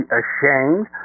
ashamed